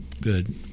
Good